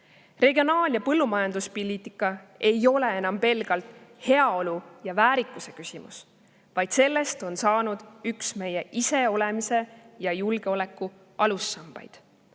Regionaal‑ ja põllumajanduspoliitika ei ole enam pelgalt heaolu ja väärikuse küsimus, vaid sellest on saanud üks meie iseolemise ja julgeoleku alussambaid.